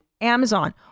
Amazon